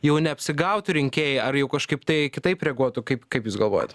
jau neapsigautų rinkėjai ar jau kažkaip tai kitaip reaguotų kaip kaip jūs galvojat